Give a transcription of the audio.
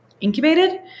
incubated